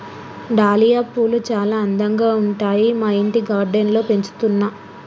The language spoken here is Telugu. డాలియా పూలు చాల అందంగా ఉంటాయి మా ఇంటి గార్డెన్ లో పెంచుతున్నా